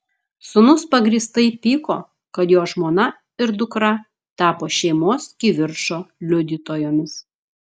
sūnus pagrįstai pyko kad jo žmona ir dukra tapo šeimos kivirčo liudytojomis